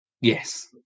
Yes